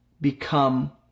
become